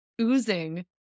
oozing